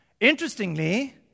interestingly